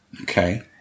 Okay